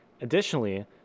Additionally